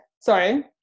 sorry